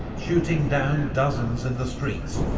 shooting down dozens in the streets,